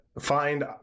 find